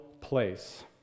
place